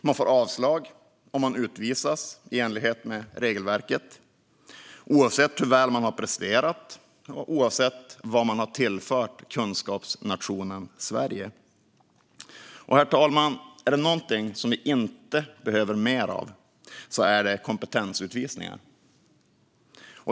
Då får man avslag och utvisas, i enlighet med regelverket - oavsett hur väl man presterat och oavsett vad man har tillfört kunskapsnationen Sverige. Är det något vi inte behöver mer av, herr talman, är det kompetensutvisningar.